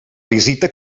visita